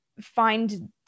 find